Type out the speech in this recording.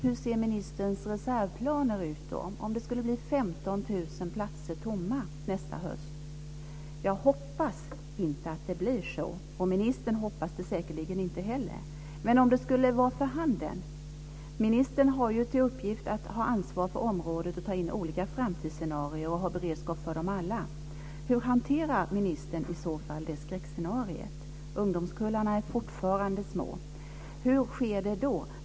Hur ser ministerns reservplaner ut om det skulle bli 15 000 platser tomma nästa höst? Jag hoppas inte att det blir så. Ministern hoppas det säkerligen inte heller. Ministern har ju till uppgift att ha ansvar för området, ta in olika framtidsscenarier och ha beredskap för dem alla. Hur hanterar ministern i så fall detta skräckscenario? Ungdomskullarna är fortfarande små. Vad händer?